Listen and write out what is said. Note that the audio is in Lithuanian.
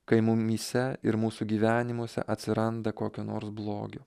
kai mumyse ir mūsų gyvenimuose atsiranda kokio nors blogio